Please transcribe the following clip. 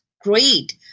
great